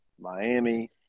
Miami